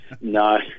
no